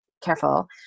careful